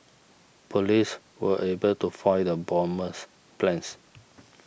police were able to foil the bomber's plans